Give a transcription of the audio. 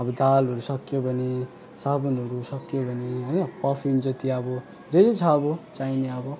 अब दालहरू सकियो भने साबुनहरू सकियो भने होइन पर्फ्युम जति अब जे जे छ अब चाहिने अब